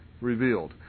revealed